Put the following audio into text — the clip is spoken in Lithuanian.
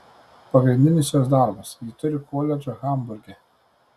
pagrindinis jos darbas ji turi koledžą hamburge